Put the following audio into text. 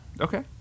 Okay